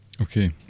Okay